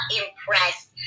impressed